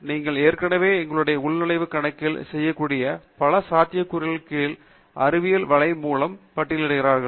நீங்கள் ஏற்கனவே எங்களுடைய உள்நுழைவு கணக்கில் செய்யக்கூடிய பல சாத்தியக்கூறுகளின் கீழ் இங்கு அறிவியல் வலை மூலம் பட்டியலிடப்பட்டுள்ளீர்கள்